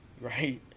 right